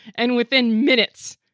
and within minutes,